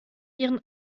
ihren